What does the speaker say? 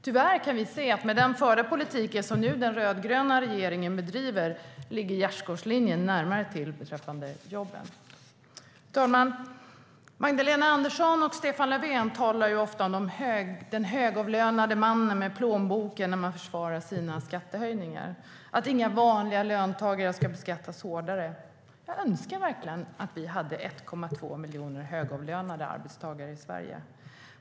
Tyvärr kan vi se att med den förda politiken som den rödgröna regeringen nu bedriver ligger gärdsgårdsligan närmare till beträffande jobben. Fru talman! Magdalena Andersson och Stefan Löfven talar ofta om den högavlönade mannen med plånboken när de försvarar sina skattehöjningar och att inga vanliga löntagare ska beskattas hårdare. Jag önskar verkligen att vi hade 1,2 miljoner högavlönade arbetstagare i Sverige.